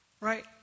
right